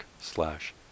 slash